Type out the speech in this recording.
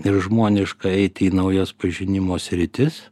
ir žmoniška eiti į naujas pažinimo sritis